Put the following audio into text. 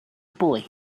boy